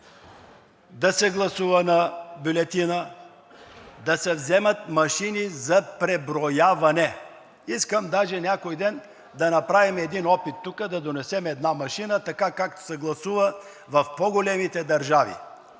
да се гласува с бюлетина, да се вземат машини за преброяване. Искам даже някой ден да направим един опит тук, да донесем една машина, както се гласува в по-големите държави.